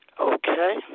Okay